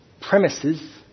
premises